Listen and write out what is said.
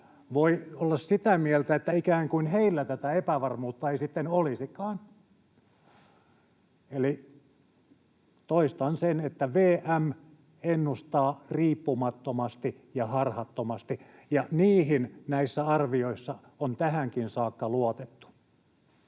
voi olla sitä mieltä, että ikään kuin heillä tätä epävarmuutta ei sitten olisikaan? Toistan sen, että VM ennustaa riippumattomasti ja harhattomasti, ja niihin näissä arvioissa on tähänkin saakka luotettu.